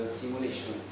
simulation